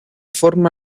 forma